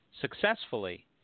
successfully